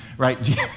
Right